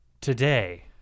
Today